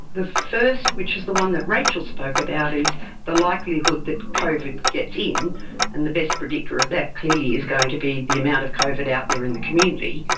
the first, which is the one that rachel spoke about, is the likelihood that covid gets in and the best predictor of that clearly is going to be the amount of covid out there in the community.